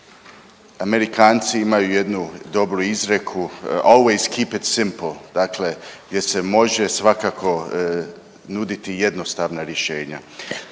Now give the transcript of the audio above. Amerikanci imaju jednu dobru izreku, „Always keep it simple.“, dakle gdje se može svakako nuditi jednostavna rješenja.